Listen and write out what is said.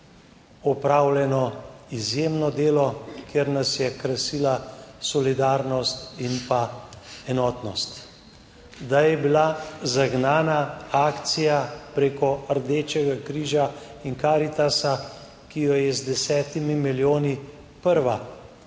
opravljeno izjemno delo, kjer nas je krasila solidarnost in pa enotnost, da je bila zagnana akcija preko Rdečega križa in Karitasa, ki jo je z 10 milijoni prva